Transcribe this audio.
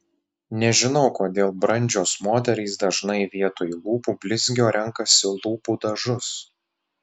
nežinau kodėl brandžios moterys dažnai vietoj lūpų blizgio renkasi lūpų dažus